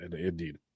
indeed